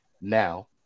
now